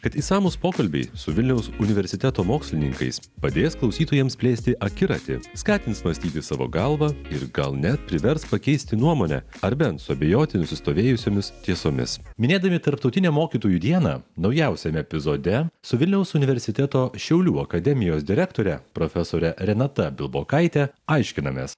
kad išsamūs pokalbiai su vilniaus universiteto mokslininkais padės klausytojams plėsti akiratį skatins mąstyti savo galva ir gal net privers pakeisti nuomonę ar bent suabejoti nusistovėjusiomis tiesomis minėdami tarptautinę mokytojų dieną naujausiame epizode su vilniaus universiteto šiaulių akademijos direktore profesore renata bilbokaite aiškinamės